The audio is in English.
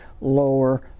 lower